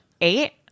Eight